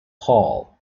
hall